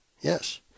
Yes